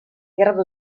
grado